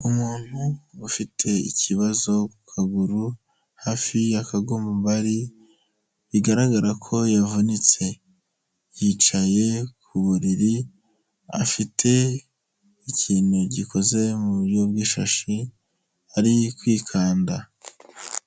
Umuntu ufite ikibazo ku kaguru hafi y'akagombari bigaragara ko yavunitse, yicaye ku buriri afite ikintu gikoze mu buryo bw'ishashi ari kwikanda.